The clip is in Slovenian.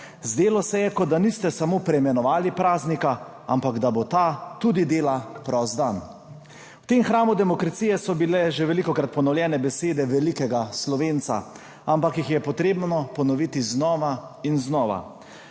Zdelo se je, kot da niste samo preimenovali praznika, ampak da bo ta tudi dela prost dan. V tem hramu demokracije so bile že velikokrat ponovljene besede velikega Slovenca, ampak jih je potrebno ponoviti znova in znova